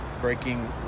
breaking